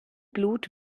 blut